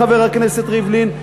חבר הכנסת ריבלין,